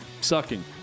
sucking